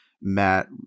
Matt